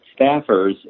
staffers